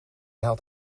had